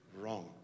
wrong